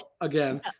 again